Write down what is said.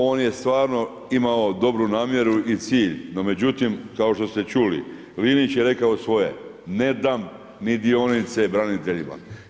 On je stvarno imao dobru namjeru i cilj, no međutim, kao što ste čuli, Linić je rekao svoje, ne dam ni dionice braniteljima.